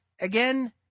again